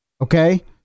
Okay